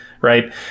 Right